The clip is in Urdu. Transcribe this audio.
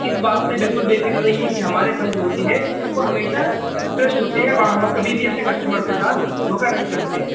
اس بات سے بالکل بے فکر رہیے کہ ہمارے پھل جو ہوتے ہیں وہ ہمیشہ فریش ہوتے ہیں اور کبھی بھی اپنے کسٹمر کے ساتھ دھوکہ نہیں کرتے